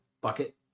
bucket